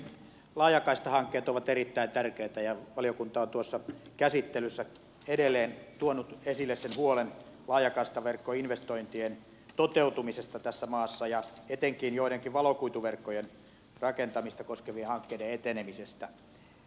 laajakaistahankkeet ovat erittäin tärkeitä ja valiokunta on tuossa käsittelyssä edelleen tuonut esille sen huolen laajakaistaverkkoinvestointien toteutumisesta tässä maassa ja etenkin joidenkin valokuituverkkojen rakentamista koskevien hankkeiden etenemisestä